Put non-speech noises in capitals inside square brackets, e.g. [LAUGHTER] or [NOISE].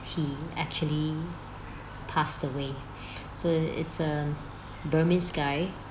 he actually passed away [BREATH] so it's a burmese guy